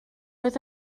oedd